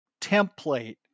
template